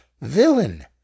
Villain